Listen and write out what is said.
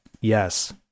yes